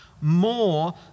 more